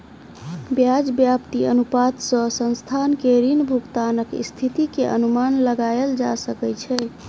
ब्याज व्याप्ति अनुपात सॅ संस्थान के ऋण भुगतानक स्थिति के अनुमान लगायल जा सकै छै